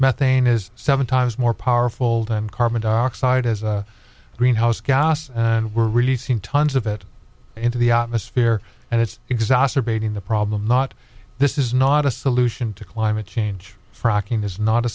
methane is seven times more powerful than carbon dioxide as a greenhouse gas and we're releasing tons of it into the atmosphere and it's exacerbating the problem not this is not a solution to climate change